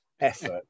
effort